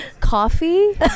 coffee